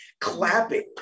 clapping